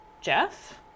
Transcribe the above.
jeff